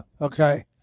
okay